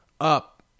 up